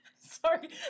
Sorry